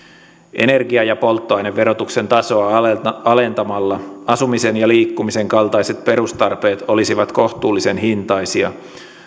energia ja polttoaineverotuksen tasoa alentamalla alentamalla asumisen ja liikkumisen kaltaiset perustarpeet olisivat kohtuullisen hintaisia